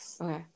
okay